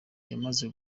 yamaze